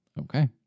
Okay